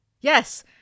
yes